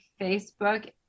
Facebook